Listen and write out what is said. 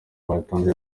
batanze